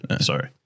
Sorry